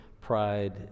Pride